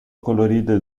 colorida